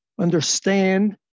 understand